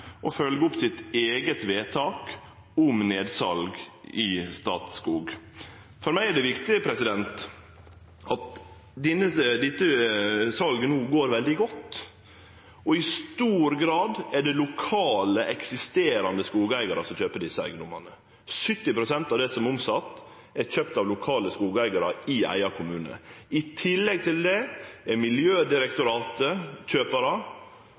å følgje opp sitt eige vedtak om nedsal i Statskog? For meg er det viktige at dette salet no går veldig godt. I stor grad er det lokale, eksisterande skogeigarar som kjøper desse eigedomane. 70 pst. av det som er omsett, er kjøpt av lokale skogeigarar i eigen kommune. I tillegg til det er Miljødirektoratet